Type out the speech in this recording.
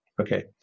okay